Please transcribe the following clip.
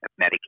medicare